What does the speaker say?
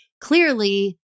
clearly